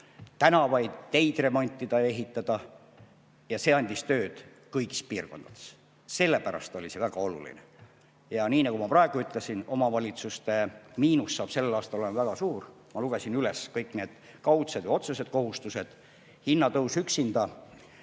tänavaid ja teid remontida ja ehitada. See andis tööd kõigis piirkondades, sellepärast oli see väga oluline. Ja nii nagu ma praegu ütlesin, omavalitsuste miinus saab sel aastal olema väga suur. Ma lugesin üles kõik need kaudsed ja otsesed kohustused. Hinnatõus üksi